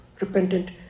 repentant